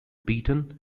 beaten